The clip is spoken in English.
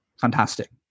fantastic